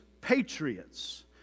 Patriots